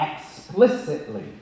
explicitly